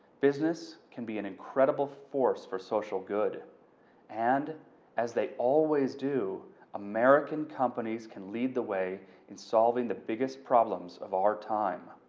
business can be an incredible force for social good and as they always do american companies can lead the way in solveing the biggest problems of our time.